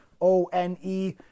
O-N-E